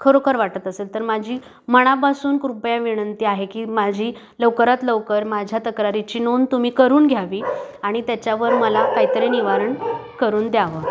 खरोखर वाटत असेल तर माझी मनापासून कृपया विनंती आहे की माझी लवकरात लवकर माझ्या तक्रारीची नोंद तुम्ही करून घ्यावी आणि त्याच्यावर मला काहीतरी निवारण करून द्यावं